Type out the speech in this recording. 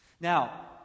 Now